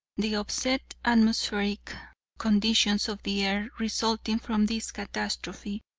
the upset atmospheric conditions of the earth resulting from this catastrophe,